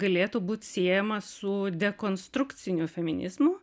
galėtų būt siejama su dekonstrukciniu feminizmu